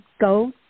go